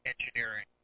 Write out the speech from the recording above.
engineering